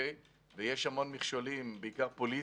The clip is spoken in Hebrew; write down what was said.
יש המון מכשולים, בעיקר פוליטיים,